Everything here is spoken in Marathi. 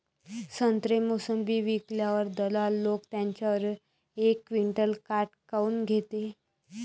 संत्रे, मोसंबी विकल्यावर दलाल लोकं त्याच्यावर एक क्विंटल काट काऊन घेते?